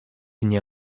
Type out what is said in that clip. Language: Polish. nie